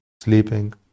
sleeping